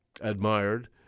admired